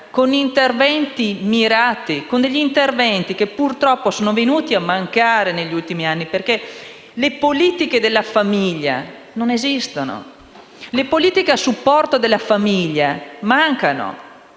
ciò deve essere fatto con degli interventi mirati, che purtroppo sono venuti a mancare negli ultimi anni, perché le politiche della famiglia non esistono, le politiche a supporto della famiglia mancano.